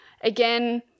Again